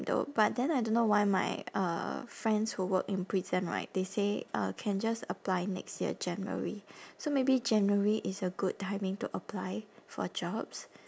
though but then I don't know why my uh friends who work in prison right they say uh can just apply next year january so maybe january is a good timing to apply for jobs